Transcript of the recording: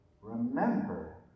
remember